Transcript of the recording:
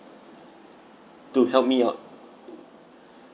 to help me out